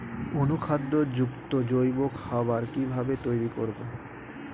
অনুখাদ্য যুক্ত জৈব খাবার কিভাবে তৈরি করব?